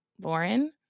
Lauren